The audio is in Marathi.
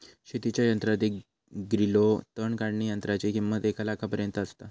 शेतीच्या यंत्रात एक ग्रिलो तण काढणीयंत्राची किंमत एक लाखापर्यंत आसता